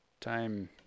time